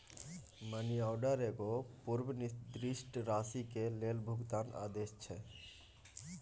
money order एगो पूर्व निर्दिष्ट राशि के लेल भुगतान आदेश छै